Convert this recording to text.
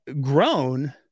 grown